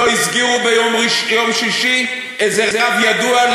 לא הסגירו ביום שישי איזה רב ידוע,